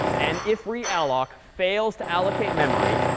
and if realloc fails to allocate memory,